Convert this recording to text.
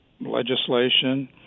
legislation